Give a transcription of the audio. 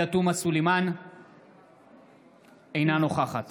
אינה נוכחת